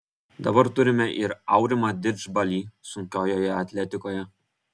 dabar turime ir aurimą didžbalį sunkiojoje atletikoje